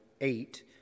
eight